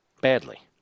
badly